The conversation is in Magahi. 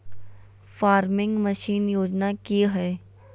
फार्मिंग मसीन योजना कि हैय?